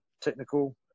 technical